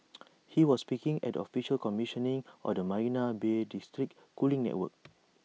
he was speaking at the official commissioning of the marina Bay's district cooling network